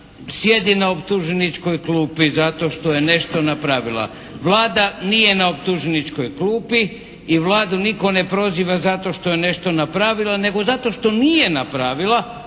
sjedi na optuženičkoj klupi zato što je nešto napravila. Vlada nije na optuženičkoj klupi i Vlada nitko ne proziva zato što je nešto napravila nego zato što nije napravila